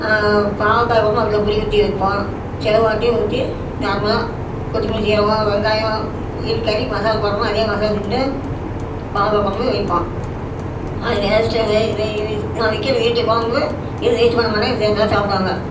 பாவக்காய் குழம்பு அப்படிதான் புளி ஊற்றி வைப்போம் ஊற்றி நார்மலாக கொத்தமல்லி சீரகம் வெங்காயம் இதுக்கு கறிமசால் போடுறமோ அதே மசால் இந்த பாவக்காய் குழம்பு வைப்போம் நான் வைக்கிற வீட்டில் குழம்பு எதுவும் வேஸ்டு பண்ண மாட்டோம் நல்லா சாப்பிடுவாங்க